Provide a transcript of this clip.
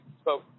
spoke